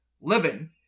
Living